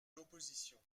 l’opposition